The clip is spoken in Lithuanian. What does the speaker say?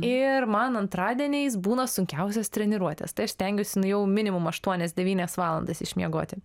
ir man antradieniais būna sunkiausios treniruotės tai aš stengiuosi nu jau minimum aštuonias devynias valandas išmiegoti